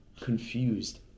confused